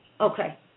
okay